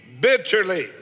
bitterly